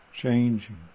changing